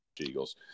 Eagles